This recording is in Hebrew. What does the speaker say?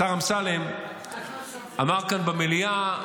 השר אמסלם אמר כאן במליאה,